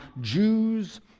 Jews